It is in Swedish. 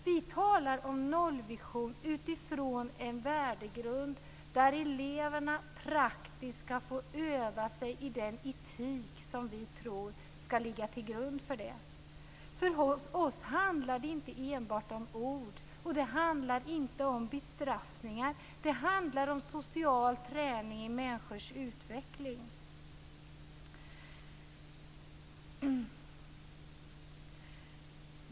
Vi talar om nollvision utifrån en värdegrund där eleverna praktiskt får öva sig i etik. Det handlar inte enbart om ord för oss. Det handlar inte om bestraffningar. Det handlar om social träning i människors utveckling.